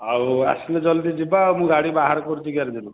ଆଉ ଆସିଲେ ଜଲ୍ଦି ଯିବା ଆଉ ମୁଁ ଗାଡ଼ି ବାହାର କରୁଛି ଗ୍ୟାରେଜ୍ରୁ